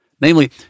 Namely